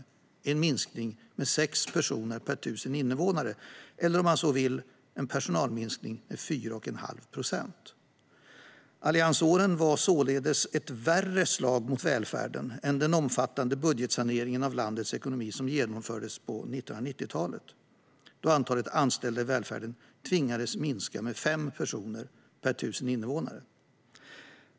Det är en minskning med 6 personer per 1 000 invånare eller, om man så vill, en personalminskning med 4 1⁄2 procent. Alliansåren var således ett värre slag mot välfärden än den omfattande budgetsanering av landets finanser som genomfördes på 1990-talet, då antalet anställda i välfärden tvingades minska med 5 personer per 1 000 invånare.